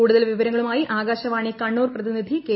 കൂടുതൽ വിവരങ്ങളുമായി ആകാശവാണി കണ്ണൂർ പ്രതിനിധി കെ